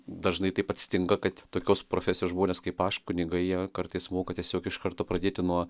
dažnai taip atsitinka kad tokios profesijos žmonės kaip aš kunigai jie kartais moka tiesiog iš karto pradėti nuo